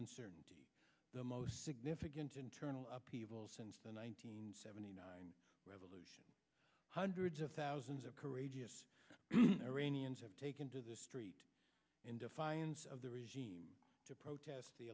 uncertainty the most significant internal people since the one nine hundred seventy nine revolution hundreds of thousands of courageous iranians have taken to the street in defiance of the regime to protest the